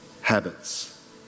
habits